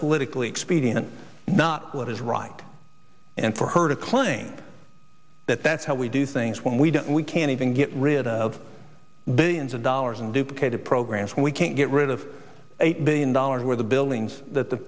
politically expedient not what is right and for her to claim that that's how we do things when we don't we can't even get rid of billions of dollars and duplicated programs we can't get rid of eight billion dollars where the buildings that the